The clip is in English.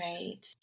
Right